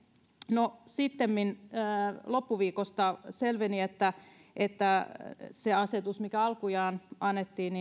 no sittemmin loppuviikosta selveni että että siinä asetuksessa mikä alkujaan annettiin